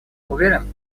уверен